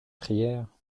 prières